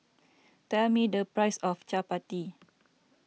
tell me the price of Chapati